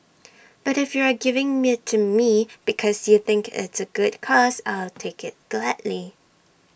but if you are giving IT to me because you think it's A good cause I'll take IT gladly